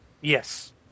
Yes